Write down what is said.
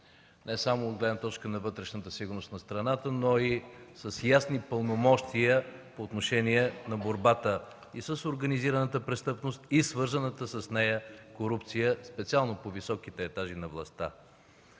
не само от гледна точка на вътрешната сигурност на страната, но с ясни пълномощия и по отношение на борбата с организираната престъпност и свързаната с нея корупция, специално по високите етажи на властта.